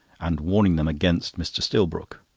and warning them against mr. stillbrook.